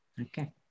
Okay